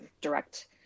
direct